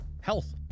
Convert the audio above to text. health